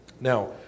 Now